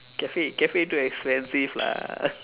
cafe cafe too expensive lah